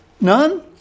None